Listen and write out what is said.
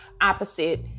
opposite